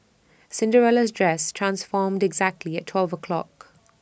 Cinderella's dress transformed exactly at twelve o'clock